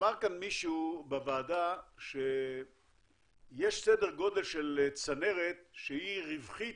אמר כאן מישהו בוועדה שיש סדר גודל של צנרת שהיא רווחית